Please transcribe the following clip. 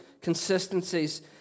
consistencies